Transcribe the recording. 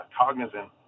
cognizant